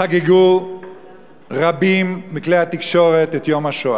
חגגו רבים מכלי התקשורת את יום השואה.